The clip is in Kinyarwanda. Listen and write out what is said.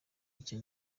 icyo